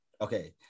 Okay